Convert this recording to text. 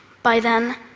by then,